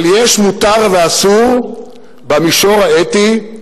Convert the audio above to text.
אבל יש מותר ואסור במישור האתי,